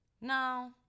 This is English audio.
No